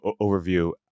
overview